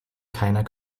keiner